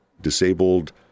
disabled